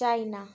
China